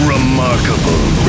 Remarkable